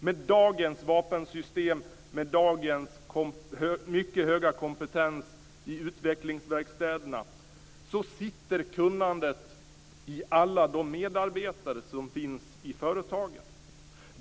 Med dagens vapensystem och med dagens mycket höga kompetens i utvecklingsverkstäderna sitter kunnandet i alla de medarbetare som finns i företagen.